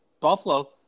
Buffalo